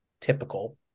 typical